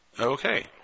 Okay